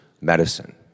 medicine